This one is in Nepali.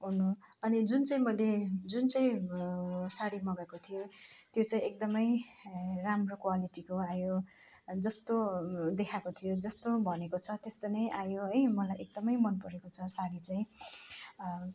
ओर्नु अनि जुन चाहिँ मैले जुन चाहिँ साडी मगाएको थिएँ त्यो चाहिँ एकदमै राम्रो क्वालिटीको आयो अनि जस्तो देखाएको थियो जस्तो भनेको छ त्यस्तो नै आयो है मलाई एकदमै मनपरेको छ साडी चाहिँ